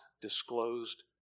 disclosed